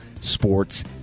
Sports